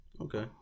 okay